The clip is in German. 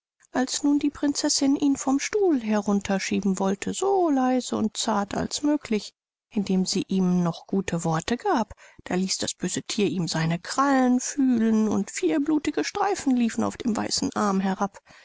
als nun die prinzessin ihn vom stuhl herunter schieben wollte so leise und zart als möglich indem sie ihm noch gute worte gab da ließ das böse thier ihm seine krallen fühlen und vier blutige streifen liefen auf dem weißen arm herab